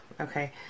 Okay